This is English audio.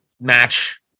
match